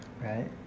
Right